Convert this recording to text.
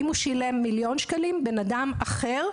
אם בן אדם אחר,